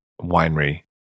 winery